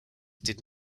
did